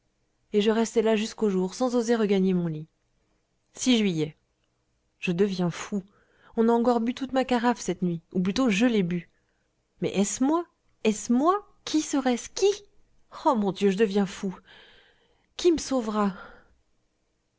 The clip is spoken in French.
et je restai là jusqu'au jour sans oser regagner mon lit juillet je deviens fou on a encore bu toute ma carafe cette nuit ou plutôt je l'ai bue mais est-ce moi est-ce moi qui serait-ce qui oh mon dieu je deviens fou qui me sauvera